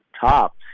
top